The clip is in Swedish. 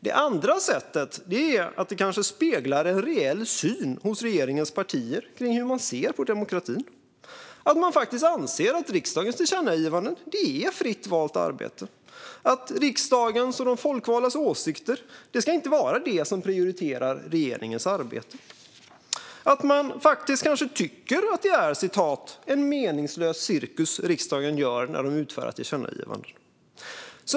Det andra sättet att se på kommentarerna är att de kanske speglar en reell syn på demokratin hos regeringens partier - att man faktiskt anser att riksdagens tillkännagivanden är fritt valt arbete och att riksdagens och de folkvaldas åsikter inte är det som regeringen ska prioritera i sitt arbete. Man kanske faktiskt tycker att det är en "meningslös cirkus" som riksdagen håller på med när den utfärdar tillkännagivanden.